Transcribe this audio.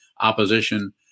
opposition